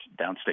downstate